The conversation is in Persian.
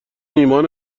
ایمان